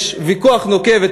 יש ויכוח נוקב,